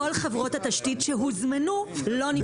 מכל חברות התשתית שהוזמנו, שלא נשלחו נציגים.